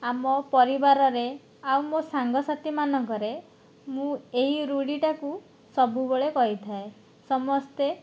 ଆମ ପରିବାରରେ ଆଉ ମୋ ସାଙ୍ଗସାଥିମାନଙ୍କରେ ମୁଁ ଏଇ ରୁଢ଼ିଟାକୁ ସବୁବେଳେ କହିଥାଏ ସମସ୍ତେ